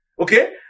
Okay